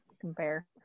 compare